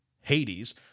Hades